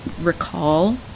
recall